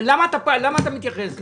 למה אתה מתייחס לזה?